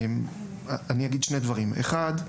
אני אגיד שני דברים: ראשית,